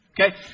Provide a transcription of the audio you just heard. Okay